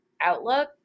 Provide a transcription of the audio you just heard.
outlook